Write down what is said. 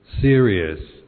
serious